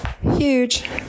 huge